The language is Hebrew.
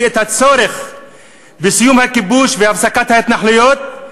את הצורך בסיום הכיבוש והפסקת ההתנחלויות,